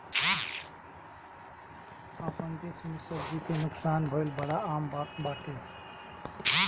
आपन देस में सब्जी के नुकसान भइल बड़ा आम बात बाटे